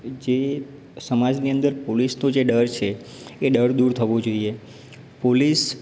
જે સમાજની અંદર પોલીસનો જે ડર છે એ ડર દૂર થવો જોઈએ પોલીસ